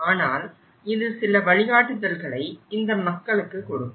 ஆனால் இது சில வழிகாட்டுதல்களை இந்த மக்களுக்கு கொடுக்கும்